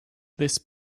this